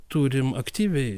turim aktyviai